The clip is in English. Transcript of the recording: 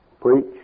Preach